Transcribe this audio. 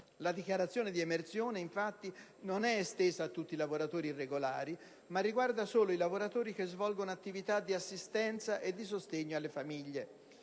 La dichiarazione di emersione, infatti, non è estesa a tutti i lavoratori irregolari, ma riguarda solo quelli che svolgono attività di assistenza e di sostegno alle famiglie.